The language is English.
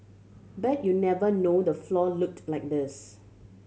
bet you never know the floor looked like this